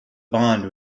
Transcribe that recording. bond